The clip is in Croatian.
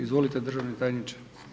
Izvolite državni tajniče.